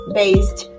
based